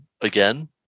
again